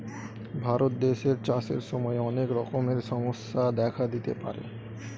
ভারত দেশে চাষের সময় অনেক রকমের সমস্যা দেখা দিতে পারে